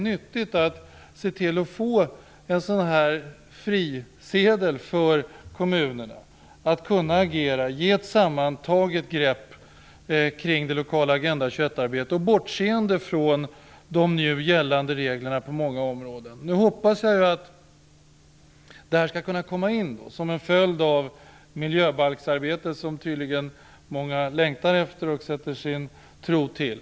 Jag tror att det är nyttigt att kommunerna får en frisedel, så att de kan agera och ta ett totalt grepp kring det lokala Agenda 21-arbetet och bortse från de nu gällande reglerna på många områden. Nu hoppas jag att detta skall kunna bli en följd av det miljöbalksarbete som många tydligen längtar efter och sätter sin tilltro till.